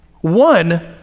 One